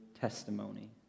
testimony